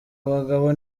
abagabo